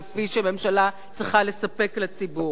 כפי שממשלה צריכה לספק לציבור: